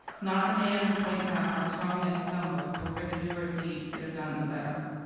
not the man who points out how the strong man stumbles, or where the doer of deeds could have done them better.